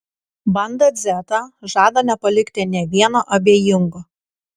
banda dzeta žada nepalikti nė vieno abejingo